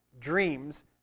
dreams